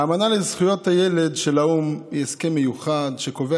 האמנה לזכויות הילד של האו"ם היא הסכם מיוחד שקובע